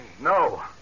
No